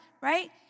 Right